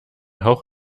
hauch